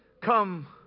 Come